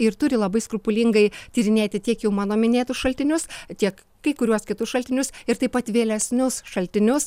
ir turi labai skrupulingai tyrinėti tiek jau mano minėtus šaltinius tiek kai kuriuos kitus šaltinius ir taip pat vėlesnius šaltinius